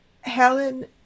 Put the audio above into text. Helen